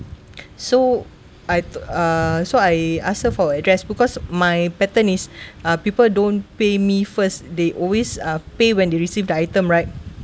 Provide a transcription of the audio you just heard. so I uh so I ask her for address because my pattern is uh people don't pay me first they always uh pay when they received the item right